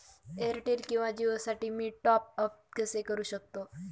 Airtel किंवा जिओसाठी मी टॉप ॲप कसे करु शकतो?